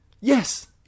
Yes